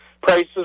prices